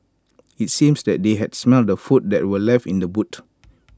IT seemed that they had smelt the food that were left in the boot